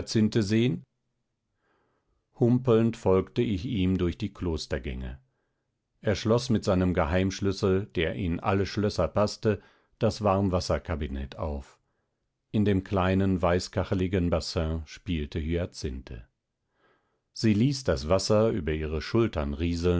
hyacinthe sehen humpelnd folgte ich ihm durch die klostergänge er schloß mit seinem geheimschlüssel der in alle schlösser paßte das warmwasserkabinett auf in dem kleinen weißkacheligen bassin spielte hyacinthe sie ließ das wasser über ihre schultern rieseln